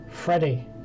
Freddie